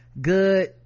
good